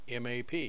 MAP